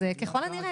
אז ככל הנראה.